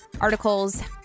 Articles